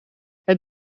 het